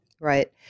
Right